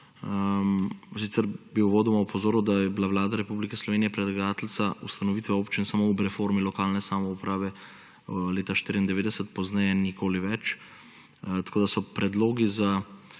Sicer bi uvodoma opozoril, da je bila Vlada Republike Slovenije predlagateljica ustanovitve občin samo ob reformi lokalne samouprave leta 1994, pozneje nikoli več, tako da so predlogi za